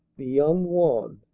the young wan.